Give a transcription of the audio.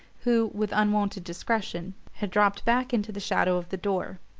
who, with unwonted discretion, had dropped back into the shadow of the door.